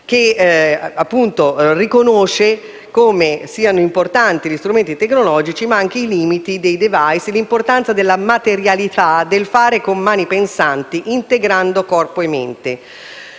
che, appunto, riconosce come siano importanti gli strumenti tecnologici, ma riconosce anche i limiti dei *device* e l'importanza della materialità, del fare con mani pensanti, integrando corpo e mente.